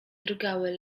drgały